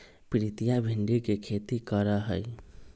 प्रीतिया भिंडी के खेती करा हई